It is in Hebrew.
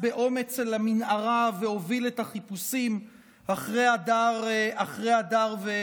באומץ אל המנהרה והוביל את החיפושים אחרי הדר וצוותו.